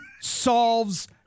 solves